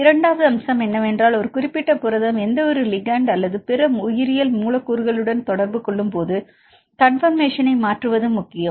இரண்டாவது அம்சம் என்னவென்றால் ஒரு குறிப்பிட்ட புரதம் எந்தவொரு லிகண்ட் அல்லது பிற உயிரியல் மூலக்கூறுகளுடன் தொடர்பு கொள்ளும்போது கான்பர்மேஷனை மாற்றுவதும் முக்கியம்